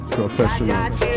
professionals